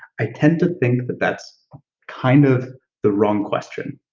i tend to think that that's kind of the wrong question,